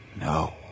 No